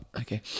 Okay